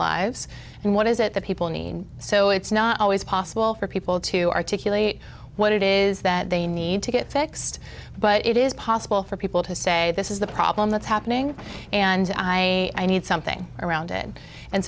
lives and what is it that people mean so it's not always possible for people to articulate what it is that they need to get fixed but it is possible for people to say this is the problem that's happening and i need something around it and